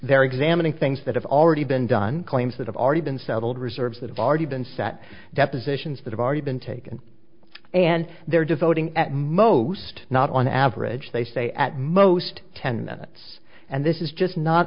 they're examining things that have already been done claims that have already been settled reserves that have already been set depositions that have already been taken and they're devoting at most not on average they say at most ten minutes and this is just not